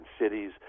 cities